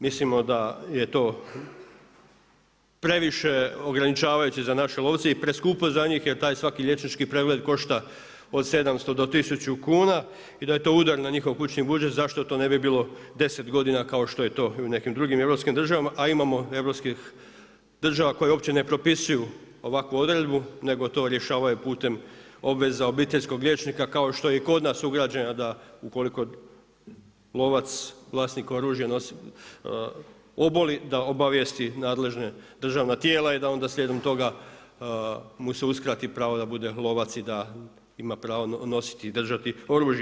Mislimo da je to previše ograničavajuće za naše lovce i preskupo za njih jer taj svaki liječnički pregled košta od 700 do 1000 kuna i da je to udar na njihov kućni budžet zašto to ne bi bilo 10 godina kao što je to i u nekim drugim europskim državama, a imamo europskih država koje uopće ne propisuju ovakvu odredbu nego to rješavaju putem obveza obiteljskog liječnika kao što je i kod nas ugrađeno da ukoliko lovac, vlasnik oružja oboli da obavijesti nadležna državna tijela i da onda slijedom toga mu se uskrati pravo da bude lovac i da ima pravo nositi, držati oružje.